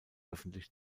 öffentlich